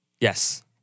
Yes